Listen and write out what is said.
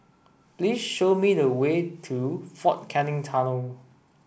please show me the way to Fort Canning Tunnel